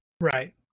right